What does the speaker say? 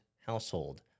household